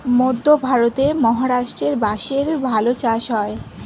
মধ্যে ভারতের মহারাষ্ট্রে বাঁশের ভালো চাষ হয়